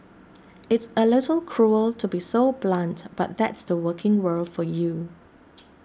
it's a little cruel to be so blunt but that's the working world for you